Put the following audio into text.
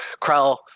krell